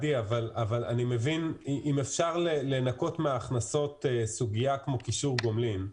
אם אפשר לנכות מן ההכנסות סוגיה כמו קישור גומלין,